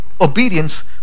obedience